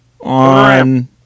On